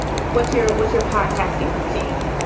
what's your what's your podcasting routine?